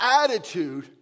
attitude